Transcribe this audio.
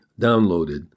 downloaded